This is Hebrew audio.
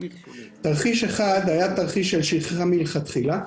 תרחיש אחד היה תרחיש של שכחה מלכתחילה,